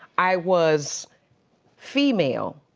i was female,